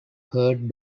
herd